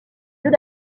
jeux